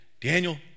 Daniel